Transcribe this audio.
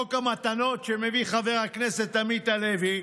לחוק המתנות שמביא חבר הכנסת עמית הלוי,